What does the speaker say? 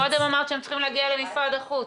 מקודם אמרת שהם צריכים להגיע למשרד החוץ.